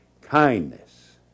kindness